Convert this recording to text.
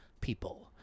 people